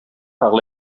par